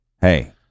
Hey